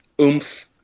oomph